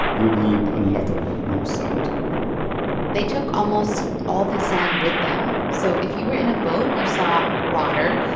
but you'd need a lot of new sand to do that they took almost all the sand with them. so if you were in a boat, you saw water,